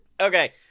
Okay